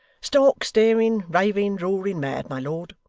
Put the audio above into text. stark, staring, raving, roaring mad, my lord